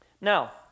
Now